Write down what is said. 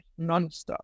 nonstop